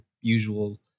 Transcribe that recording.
usual